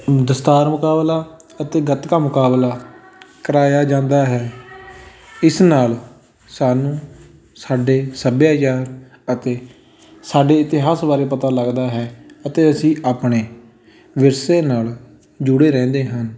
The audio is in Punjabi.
ਦਸਤਾਰ ਮੁਕਾਬਲਾ ਅਤੇ ਗੱਤਕਾ ਮੁਕਾਬਲਾ ਕਰਵਾਇਆ ਜਾਂਦਾ ਹੈ ਇਸ ਨਾਲ ਸਾਨੂੰ ਸਾਡੇ ਸੱਭਿਆਚਾਰ ਅਤੇ ਸਾਡੇ ਇਤਿਹਾਸ ਬਾਰੇ ਪਤਾ ਲੱਗਦਾ ਹੈ ਅਤੇ ਅਸੀਂ ਆਪਣੇ ਵਿਰਸੇ ਨਾਲ ਜੁੜੇ ਰਹਿੰਦੇ ਹਨ